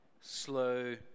slow